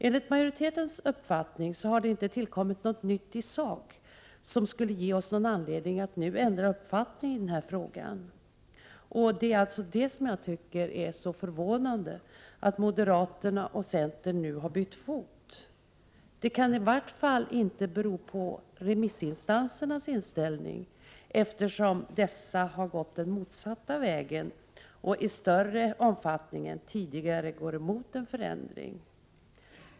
Enligt majoritetens uppfattning har det inte tillkommit något nytt i sak som skulle ge oss anledning att nu ändra uppfattning i frågan. Det som jag alltså tycker är så förvånande är att moderaterna och centern nu har bytt fot. Det kani varje fall inte bero på remissinstansernas inställning, eftersom dessa har gått den motsatta vägen och i större omfattning än tidigare går emot en förändring.